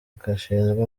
gashinzwe